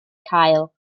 cael